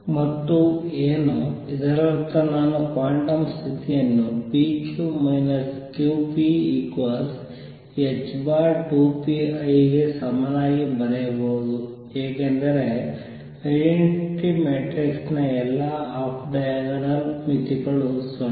ಮತ್ತು ಏನು ಇದರರ್ಥ ನಾನು ಕ್ವಾಂಟಮ್ ಸ್ಥಿತಿಯನ್ನು p q q p h2πiI ಗೆ ಸಮನಾಗಿ ಬರೆಯಬಹುದು ಏಕೆಂದರೆ ಐಡೆಂಟಿಟಿ ಮ್ಯಾಟ್ರಿಕ್ಸ್ ನ ಎಲ್ಲಾ ಆಫ್ ಡೈಯಗನಲ್ ಮಿತಿಗಳು 0